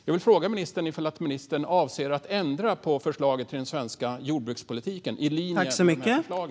Jag vill fråga ministern om hon avser att ändra på förslaget till svensk jordbrukspolitik i linje med dessa förslag.